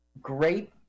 Great